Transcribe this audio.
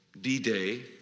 D-Day